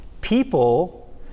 People